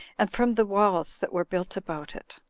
and from the wails that were built about it.